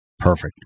Perfect